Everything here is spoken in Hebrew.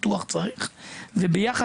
ביחד,